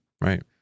right